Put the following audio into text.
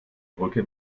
brücke